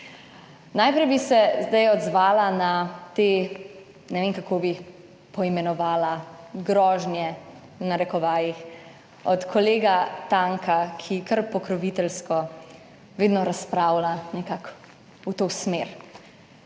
Najprej bi se zdaj odzvala na te, ne vem kako bi poimenovala, grožnje v narekovajih, od kolega Tanka, ki kar pokroviteljsko vedno razpravlja nekako v to smer